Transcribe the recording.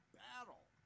battle